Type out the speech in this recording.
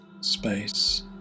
space